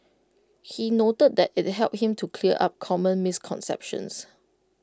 he noted that IT helped him to clear up common misconceptions